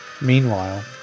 Meanwhile